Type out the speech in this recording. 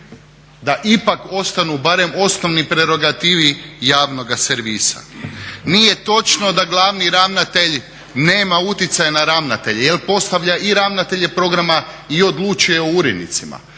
da ipak ostanu barem osnovni prerogativi javnoga servisa. Nije točno da glavni ravnatelj nema utjecaj na ravnatelje, jer postavlja i ravnatelje programa i odlučuje o urednicima.